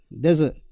desert